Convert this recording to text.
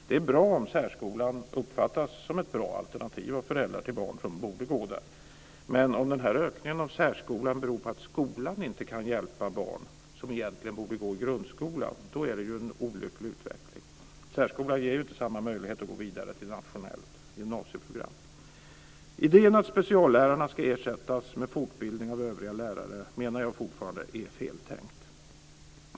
Det är bra om särskolan uppfattas som ett bra alternativ av föräldrar till barn som borde gå där. Men om den här ökningen av särskolan beror på att skolan inte kan hjälpa barn som egentligen borde gå i grundskolan är det en olycklig utveckling. Särskolan ger ju inte möjlighet att gå vidare till nationellt gymnasieprogram. Idén att speciallärarna ska ersättas med fortbildning av övriga lärare menar jag fortfarande är feltänkt.